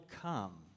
come